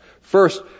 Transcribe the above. First